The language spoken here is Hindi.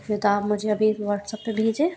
तो आप मुझे अभी वॉट्सअप पर भेजें